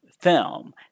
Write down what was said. film